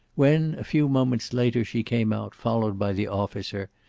when, a few moments later, she came out, followed by the officer,